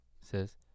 says